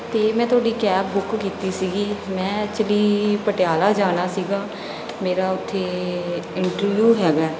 ਅਤੇ ਮੈਂ ਤੁਹਾਡੀ ਕੈਬ ਬੁੱਕ ਕੀਤੀ ਸੀਗੀ ਮੈਂ ਐਕਚੁਲੀ ਪਟਿਆਲਾ ਜਾਣਾ ਸੀਗਾ ਮੇਰਾ ਉੱਥੇ ਇੰਟਰਵਿਊ ਹੈਗਾ